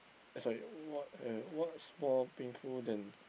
eh sorry what what's more painful than